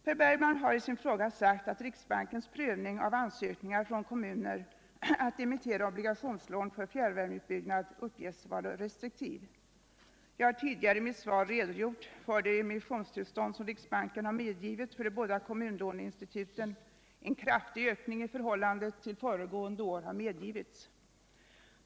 Per Bergman har i sin fråga sagt att riksbankens prövning av ansökningar från kommuner att emittera obligationslån för fjärrvärmeutbyggnad uppges vara restriktiv. Jag har tidigare i mitt svar redogjort för de emissionstillstånd som riksbanken har medgivit för de båda kommunlåneinstituten. En kraftig ökning i förhållande till föregående år har medgivits.